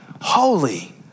holy